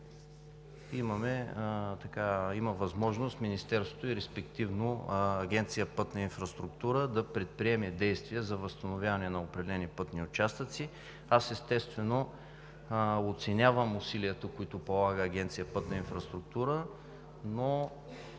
сезон Министерството, и респективно Агенция „Пътна инфраструктура“, имат възможност да предприемат действия за възстановяване на определени пътни участъци. Естествено, оценявам усилията, които полага Агенция „Пътна инфраструктура“, но